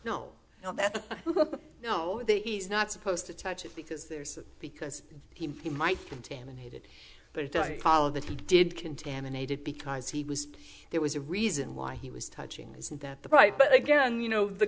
no no no he's not supposed to touch it because there's because he might be contaminated but it doesn't follow that he did contaminated because he was there was a reason why he was touching isn't that the price but again you know the